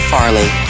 Farley